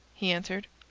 he answered.